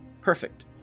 perfect